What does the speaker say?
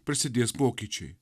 prasidės pokyčiai